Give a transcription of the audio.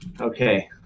Okay